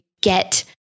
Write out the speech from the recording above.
get